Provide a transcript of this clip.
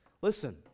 Listen